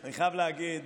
חייב להגיד